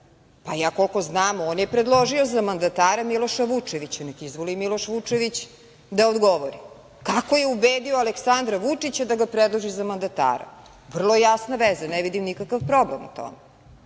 ja koliko znam on je predložio za mandatara Miloša Vučevića. Neka izvoli Miloš Vučević da odgovori. Kako je ubedio Aleksandra Vučića da ga predloži za mandatara? Vrlo jasna veza. Ne vidim nikakav problem u tome.